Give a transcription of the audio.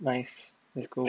nice let's go